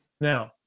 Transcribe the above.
Now